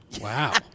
Wow